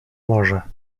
morze